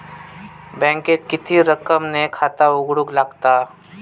बँकेत किती रक्कम ने खाता उघडूक लागता?